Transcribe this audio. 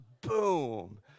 boom